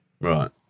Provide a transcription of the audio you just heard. Right